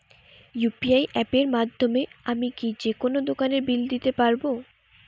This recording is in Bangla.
ইউ.পি.আই অ্যাপের মাধ্যমে আমি কি যেকোনো দোকানের বিল দিতে পারবো?